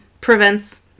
prevents